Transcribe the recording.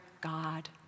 God